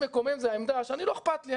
שמקומם זו העמדה של 'אני לא אכפת לי,